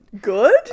good